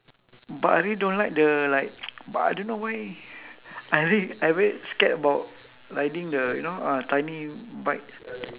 but I really don't like the like but I don't know why I really I very scared about riding the you know ah tiny bike